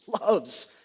loves